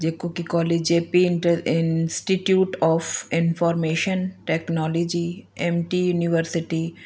जेको कि कॉलेज जो P N institute of information technology M T university